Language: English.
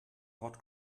hot